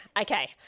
Okay